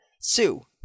Sue